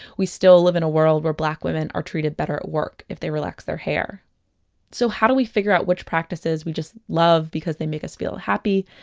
we still live in a world where black women are treated better at work if they relax their hair so how do we figure out which practices we just love because they make us feel happy,